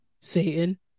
satan